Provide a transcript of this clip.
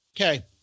okay